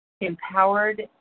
empowered